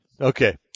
Okay